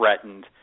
threatened